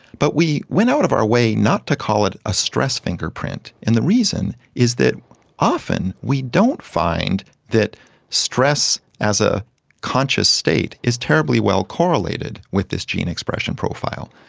but we went out of our way not to call it a stress fingerprint, and the reason is that often we don't find that stress as a conscious state is terribly well correlated with this gene expression profile.